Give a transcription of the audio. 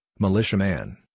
Militiaman